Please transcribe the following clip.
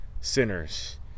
sinners